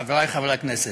חברי חברי הכנסת,